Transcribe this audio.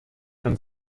and